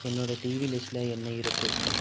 என்னோட டிவி லிஸ்டில் என்ன இருக்கு